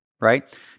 right